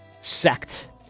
sect